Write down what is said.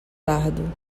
dardo